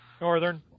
northern